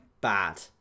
bad